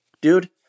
dude